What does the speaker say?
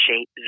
Shape